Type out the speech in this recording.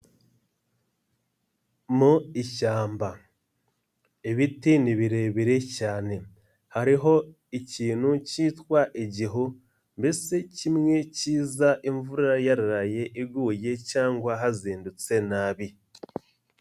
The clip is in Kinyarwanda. Mu ishyamba ibiti ni birebire cyane, hariho ikintu cyitwa igihu mbese kimwe kiza imvura yaraye iguye cyangwa hazindutse nabi.